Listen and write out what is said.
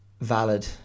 valid